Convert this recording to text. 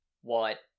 what-